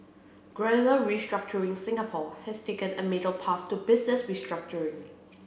gradual restructuring Singapore has taken a middle path to business restructuring